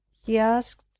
he asked,